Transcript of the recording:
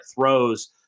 throws